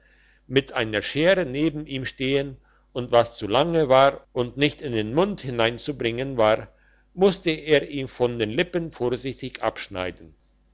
mit einer schere neben ihm stehen und was zu lange war und nicht in den mund hinein zu bringen war musste er ihm von den lippen vorsichtig abschneiden